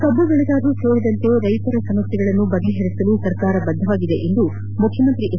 ಕಬ್ಬು ಬೆಳೆಗಾರರು ಸೇರಿದಂತೆ ರೈತರ ಸಮಸ್ಯೆಗಳನ್ನು ಪರಿಹರಿಸಲು ಸರ್ಕಾರ ಬದ್ದವಾಗಿದೆ ಎಂದು ಮುಖ್ಯಮಂತ್ರಿ ಎಚ್